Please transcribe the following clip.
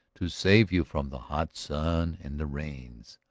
to save you from the hot sun and the rains.